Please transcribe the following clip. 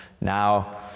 Now